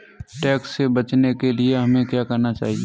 Tax से बचने के लिए हमें क्या करना चाहिए?